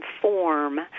form